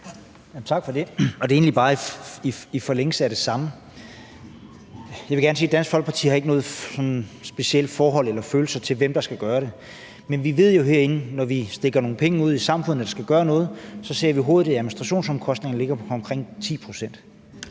Tak for det. Det er egentlig bare i forlængelse af det samme. Jeg vil gerne sige, at Dansk Folkeparti ikke har noget specielt forhold eller nogle specielle følelser, med hensyn til hvem der skal gøre det. Men vi ved jo herinde, at når vi stikker nogle penge ud i samfundet, der skal gøre noget, så ser vi hurtigt, at administrationsomkostningerne ligger på omkring 10 pct.